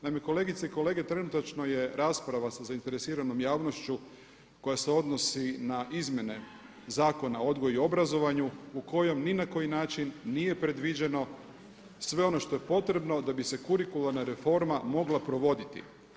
Naime, kolegice i kolege trenutačno je rasprava sa zainteresiranom javnošću koja se odnosi na izmjene Zakona o odgoju i obrazovanju u kojem ni na koji način nije predviđeno sve ono što je potrebno da bi se kurikularna reforma mogla provoditi.